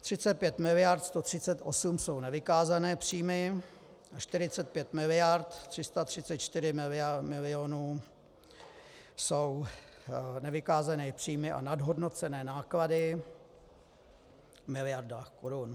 35 miliard 138 jsou nevykázané příjmy, 45 miliard 334 milionů jsou nevykázané příjmy a nadhodnocené náklady v miliardách korun.